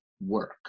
work